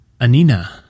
Anina